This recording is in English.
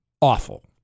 awful